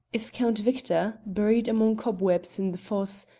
if count victor, buried among cobwebs in the fosse,